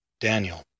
Daniel